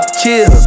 chill